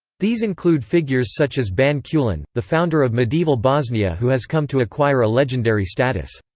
these include figures such as ban kulin, the founder of medieval bosnia who has come to acquire a legendary status.